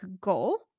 goal